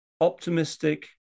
optimistic